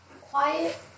quiet